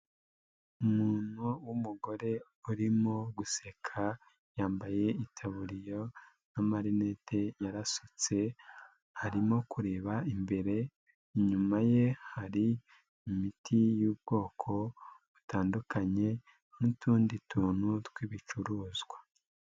Umuntu w'umugore urimo guseka, yambaye itaburiya n'amarinete yarasutse, arimo kureba imbere, inyuma ye hari, imiti y'ubwoko, butandukanye, n'utundi tuntu tw'ibicuruzwa.